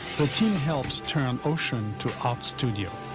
the team helps turn ocean to art studio